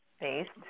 based